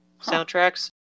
soundtracks